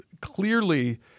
Clearly